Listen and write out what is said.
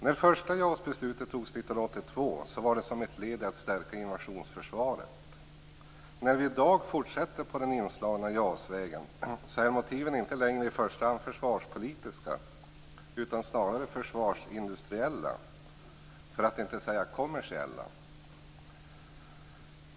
När det första JAS-beslutet togs 1982 var det som ett led i att stärka invasionsförsvaret. När vi i dag fortsätter på den inslagna JAS-vägen är motiven inte längre i första hand försvarspolitiska utan snarare försvarsindustriella, för att inte säga kommersiella.